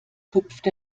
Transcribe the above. tupft